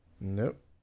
Nope